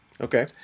Okay